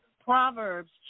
Proverbs